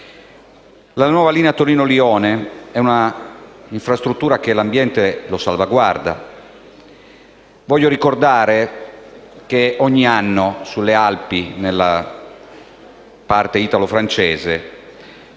La nuova linea Torino-Lione è invece un'infrastruttura che salvaguarda l'ambiente. Voglio ricordare che ogni anno, sulle Alpi, nella parte italofrancese,